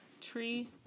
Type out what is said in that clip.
Tree